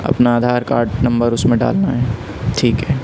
اپنا Aadhaar card number اس میں ڈالنا ہے ٹھیک ہے